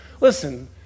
Listen